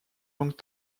langue